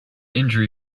injury